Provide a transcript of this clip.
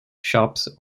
shops